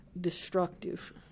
destructive